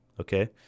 okay